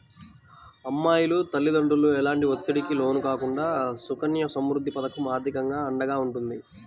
అమ్మాయి తల్లిదండ్రులు ఎలాంటి ఒత్తిడికి లోను కాకుండా సుకన్య సమృద్ధి పథకం ఆర్థికంగా అండగా ఉంటుంది